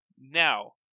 now